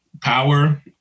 power